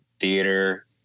theater